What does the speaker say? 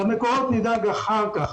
למקורות נדאג אחר כך.